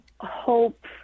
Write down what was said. hope